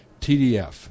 TDF